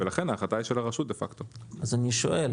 נכון.